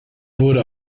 wurde